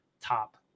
top